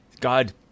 God